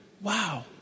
wow